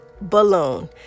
balloon